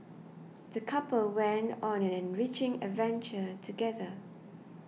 the couple went on an enriching adventure together